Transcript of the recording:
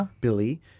Billy